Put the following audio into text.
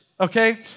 Okay